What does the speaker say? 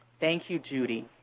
thank you, judy.